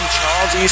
Charles